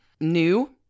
new